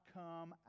come